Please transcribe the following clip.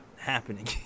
happening